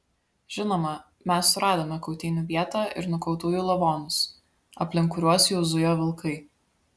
žinoma mes suradome kautynių vietą ir nukautųjų lavonus aplink kuriuos jau zujo vilkai